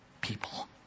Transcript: people